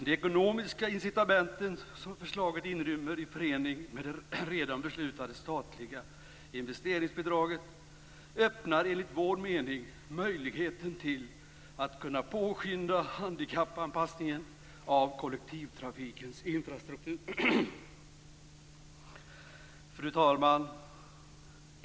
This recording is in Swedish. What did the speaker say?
De ekonomiska incitament som förslaget inrymmer i förening med det redan beslutade statliga investeringsbidraget öppnar enligt vår mening möjligheten att påskynda handikappanpassningen av kollektivtrafikens infrastruktur. Fru talman!